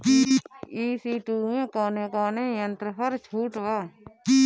ई.सी two मै कौने कौने यंत्र पर छुट बा?